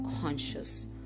conscious